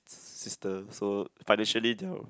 sister so financially they're